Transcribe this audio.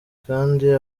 kandi